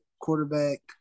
quarterback